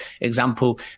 example